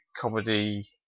comedy